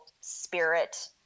spirit